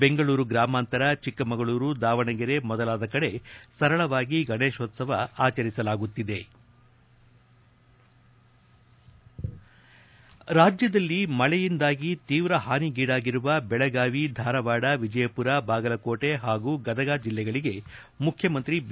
ಬೆಂಗಳೂರು ಗ್ರಾಮಾಂತರ ಚಿಕ್ಕಮಗಳೂರು ದಾವಣಗೆರೆ ಮೊದಲಾದ ಕಡೆ ಸರಳವಾಗಿ ಗಣೇಶೋತ್ಸವ ಆಚರಿಸಲಾಗುತ್ತಿದೆ ರಾಜ್ಯದಲ್ಲಿ ಮಳೆಯಿಂದಾಗಿ ತೀವ್ರ ಹಾನಿಗೀಡಾಗಿರುವ ಬೆಳಗಾವಿ ಧಾರವಾಥ ವಿಜಯಪುರ ಬಾಗಲಕೋಟೆ ಹಾಗೂ ಗದಗ ಜಿಲ್ಲೆಗಳಿಗೆ ಮುಖ್ಯಮಂತ್ರಿ ಬಿ